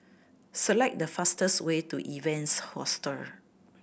select the fastest way to Evans Hostel